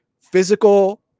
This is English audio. Physical